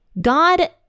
God